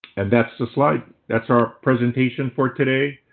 and that's the slide. that's our presentation for today.